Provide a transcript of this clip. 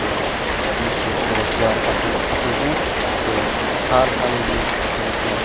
تہٕ مےٚ چھُ روزگار پَکان اَصٕل پٲٹھۍ تہٕ حال حالے منٛز رٔٹۍ مےٚ